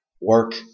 work